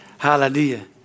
Hallelujah